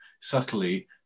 subtly